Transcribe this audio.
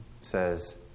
Says